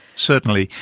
certainly.